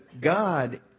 God